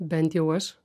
bent jau aš